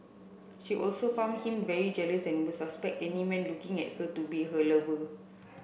she also found him very jealous and would suspect any man looking at her to be her lover